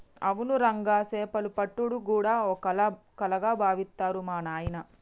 అవును రంగా సేపలు పట్టుడు గూడా ఓ కళగా బావిత్తరు మా నాయిన